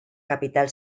capital